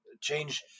change